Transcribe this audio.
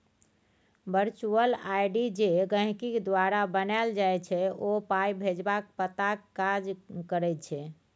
virtual ID जे गहिंकी द्वारा बनाएल जाइ छै ओ पाइ भेजबाक पताक काज करै छै